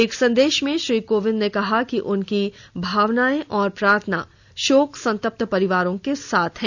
एक संदेश में श्री कोविंद ने कहा कि उनकी भावनाएं और प्रार्थना शोक संतप्त परिवारों के साथ हैं